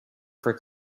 for